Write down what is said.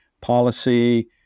policy